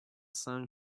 sun